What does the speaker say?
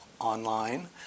online